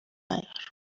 نیار